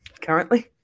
Currently